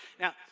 Now